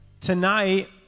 tonight